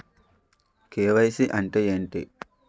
KYC అంటే ఏంటి?